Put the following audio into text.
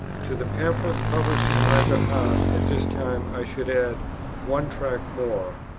to the pamphlets published in my behalf at this time i should add one tract more,